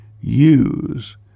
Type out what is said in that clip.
use